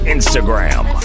Instagram